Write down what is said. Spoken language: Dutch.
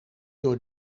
door